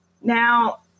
Now